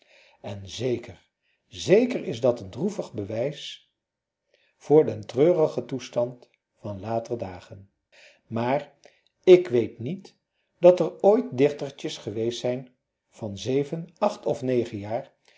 en zeker zeker is dat een droevig bewijs voor den treurigen toestand van later dagen maar ik weet niet dat er ooit dichtertjes geweest zijn van zeven acht of negen jaar